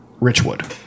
Richwood